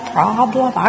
problem